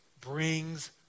brings